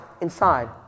inside